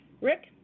Rick